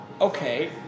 Okay